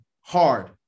hard